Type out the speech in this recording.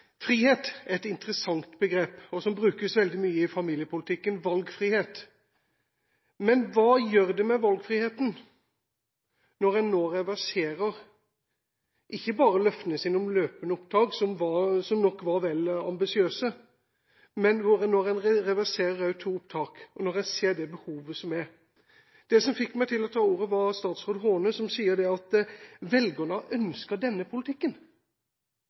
er et interessant begrep, som brukes veldig mye i familiepolitikken – valgfrihet. Men hva gjør det med valgfriheten når en nå ikke bare reverserer løftene sine om løpende opptak – som nok var vel ambisiøse – men også reverserer to opptak, når en ser det behovet som er? Det som fikk meg til å ta ordet, var statsråd Horne, som sa at velgerne har ønsket denne politikken.